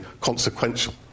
consequential